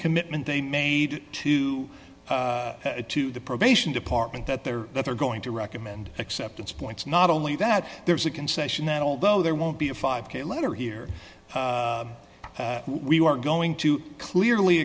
commitment they made to the probation department that they're that they're going to recommend acceptance points not only that there's a concession that although there won't be a five k letter here we are going to clearly